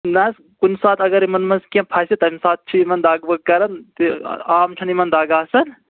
نہ حظ کُنہِ ساتہٕ اگر یِمَن منٛز کینٛہہ پھَسہِ تَمہِ ساتہٕ چھِ یِمَن دَگ وَگ کَران تہٕ عام چھَنہٕ یِمَن دَگ آسان